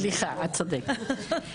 סליחה, את צודקת.